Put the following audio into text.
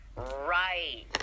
Right